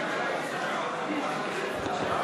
בבקשה,